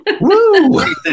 Woo